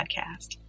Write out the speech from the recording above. podcast